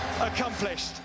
accomplished